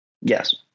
Yes